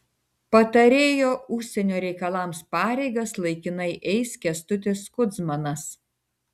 patarėjo užsienio reikalams pareigas laikinai eis kęstutis kudzmanas